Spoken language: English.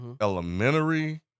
elementary